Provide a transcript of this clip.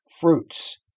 fruits